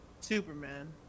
Superman